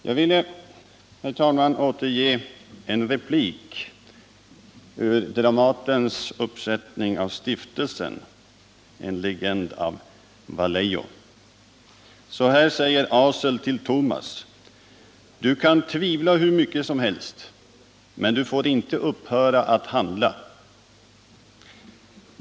Jag vill återge en replik ur Dramatens uppsättning av Stiftelsen —-en legend av Vallejo. Så här säger Asel till Tomas: Du kan tvivla hur mycket som helst, men du får inte upphöra att handla.